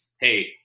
hey